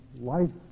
life